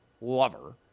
lover